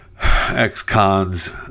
Ex-cons